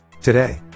Today